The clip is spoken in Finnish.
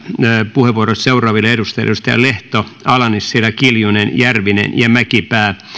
puheenvuorot seuraaville edustajille edustajat lehto ala nissilä kiljunen järvinen ja mäkipää